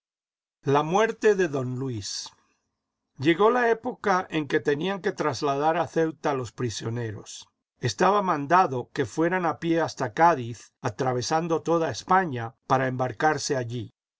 la muerte de don luis llegó la época en que tenían que trasladar a ceuta los prisioneros estaba mandado que fueran a pie hasta cádiz atravesando toda españa para embarcarse allí